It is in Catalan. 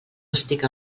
estic